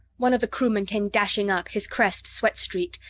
one of the crewmen came dashing up, his crest sweat-streaked.